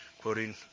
quoting